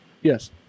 Yes